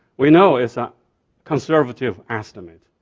we know it's a conservative estimate.